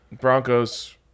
Broncos